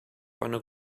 eine